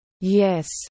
Yes